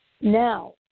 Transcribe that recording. Now